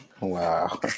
Wow